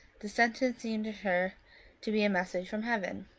the sentence seemed to her to be a message from heaven.